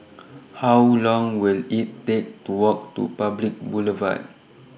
How Long Will IT Take to Walk to Public Boulevard